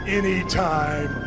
anytime